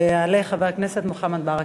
ויעלה חבר הכנסת מוחמד ברכה.